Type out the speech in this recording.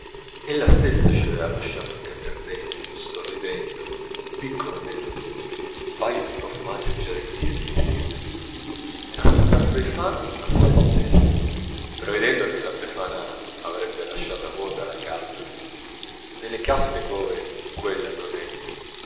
letto ella stessa ci aveva lasciato cader dentro sorridendo un piccolo anello d'oro un paio di profumate giarrettiere di seta era stata befana a sè stessa prevedendo che la befana avrebbe lasciata vuota la calza nelle case de poveri quella non